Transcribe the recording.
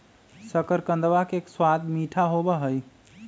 शकरकंदवा के स्वाद मीठा होबा हई